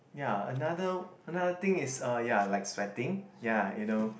ya another another thing is uh ya like sweating ya you know